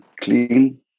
clean